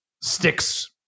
sticks